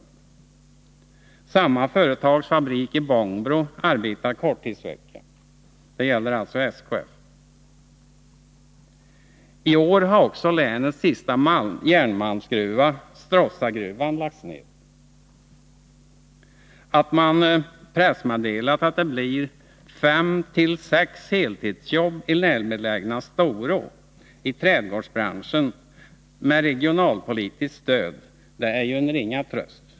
Vid samma företags fabrik i Bångbro arbetar man korttidsvecka. Det gäller alltså SKF. I år har också länets sista järnmalmsgruva, Stråssagruvan, lagts ned. Att man genom pressmeddelande sagt att det blir fem sex heltidsjobb med regionalpolitiskt stöd inom trädgårdsbranschen i närbelägna Storå är en ringa tröst.